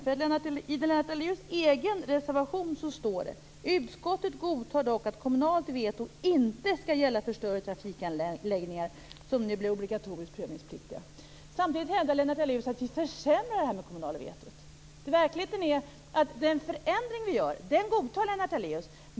I Lennart Daléus egen reservation står det: Utskottet godtar dock att kommunalt veto inte skall gälla för större trafikanläggningar som nu blir obligatoriskt prövningspliktiga. Samtidigt hävdar Lennart Daléus att vi försämrar det kommunala vetot. Verkligheten är att den förändring som vi gör godtar Lennart Daléus.